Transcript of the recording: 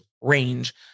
range